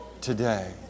today